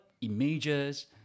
images